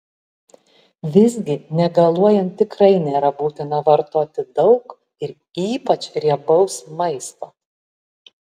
visgi negaluojant tikrai nėra būtina vartoti daug ir ypač riebaus maisto